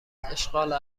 اشغال